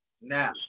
Now